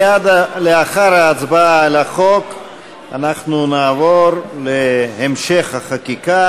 מייד לאחר ההצבעה על החוק אנחנו נעבור להמשך החקיקה.